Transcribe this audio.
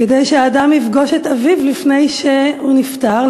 כדי שהאדם יפגוש את אביו לפני שהוא נפטר?